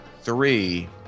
three